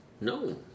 No